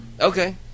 Okay